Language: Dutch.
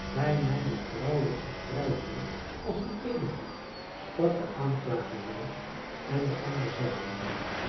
bij mijne trouwe een vrijboer als een edelman sprak de aanklager weer en de ander zeide